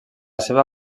seva